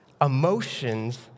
emotions